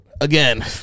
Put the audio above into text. Again